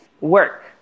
work